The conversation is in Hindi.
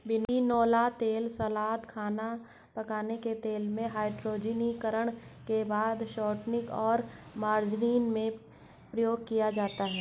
बिनौला तेल सलाद, खाना पकाने के तेल में, हाइड्रोजनीकरण के बाद शॉर्टनिंग और मार्जरीन में प्रयोग किया जाता है